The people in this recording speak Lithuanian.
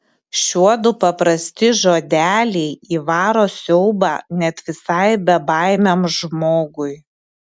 šiuodu paprasti žodeliai įvaro siaubą net visai bebaimiam žmogui